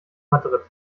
madrid